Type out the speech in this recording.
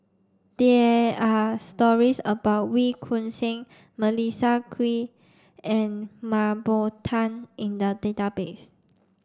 there are stories about Wee Choon Seng Melissa Kwee and Mah Bow Tan in the database